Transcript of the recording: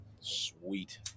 Sweet